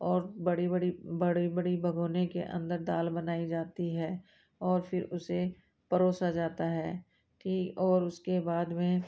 और बड़ी बड़ी बड़ी बड़ी भगोने के अंदर दाल बनाई जाती है और फिर उसे परोसा जाता है ठीक और उसके बाद में